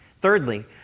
Thirdly